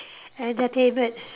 entertainment